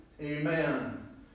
Amen